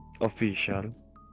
official